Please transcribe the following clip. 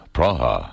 Praha